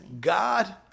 God